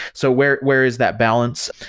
so, where where is that balance?